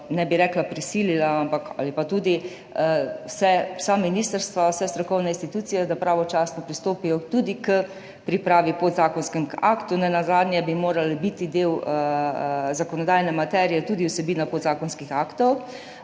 ne bi rekla prisilila, ali pa tudi, vsa ministrstva, vse strokovne institucije, da pravočasno pristopijo tudi k pripravi v podzakonskih aktov. Nenazadnje bi morala biti del zakonodajne materije tudi vsebina podzakonskih aktov.